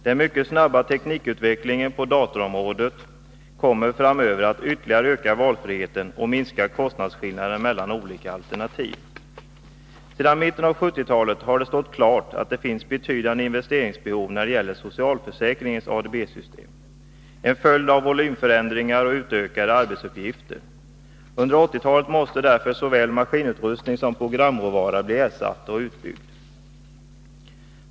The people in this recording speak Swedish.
Den mycket snabba teknikutvecklingen på dataområdet kommer framöver att ytterligare öka valfriheten och minska kostnadsskillnaderna mellan olika alternativ. Sedan mitten av 1970-talet har det stått klart att det finns betydande investeringsbehov när det gäller socialförsäkringens ADB-system, en följd av volymförändringar och utökade arbetsuppgifter. Under 1980-talet måste därför såväl maskinutrustning som programråvara bli ersatta och utbyggda.